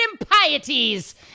impieties